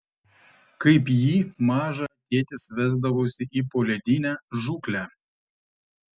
kaip jį mažą tėtis vesdavosi į poledinę žūklę